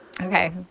Okay